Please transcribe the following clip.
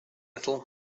little